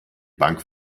bank